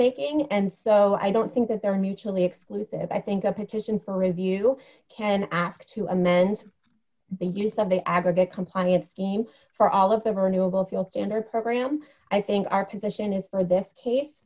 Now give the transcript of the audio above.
making and so i don't think that they're mutually exclusive i think a petition for review can ask to amend the use of the aggregate compliance scheme for all of the renewable fuel standard program i think our position is for this case